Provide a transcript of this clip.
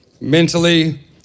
mentally